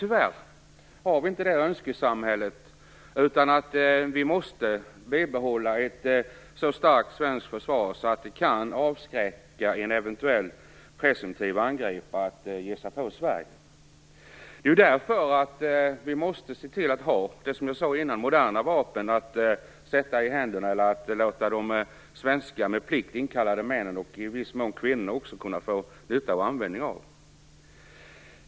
Tyvärr har vi inte det önskesamhället, utan vi måste bibehålla ett så starkt svenskt försvar att det kan avskräcka en eventuell presumtiv angripare från att ge sig på Sverige. Därför måste vi se till att ha moderna vapen och låta de svenska med plikt inkallade männen och i viss mån kvinnorna få användning och nytta av dem.